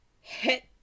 hit